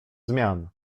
zmian